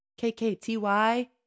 KKTY